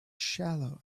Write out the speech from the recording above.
shallow